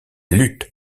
lutte